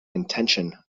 intention